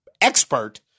expert